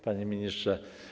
Panie Ministrze!